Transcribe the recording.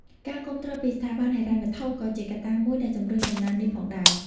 ការគាំទ្រពីស្ថាប័នហិរញ្ញវត្ថុ ក៏ជាកត្តាមួយដែលជំរុញកំណើននេះផងដែរ។